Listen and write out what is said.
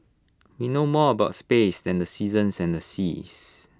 we know more about space than the seasons and the seas